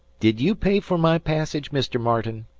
did you pay for my passage, mister martin?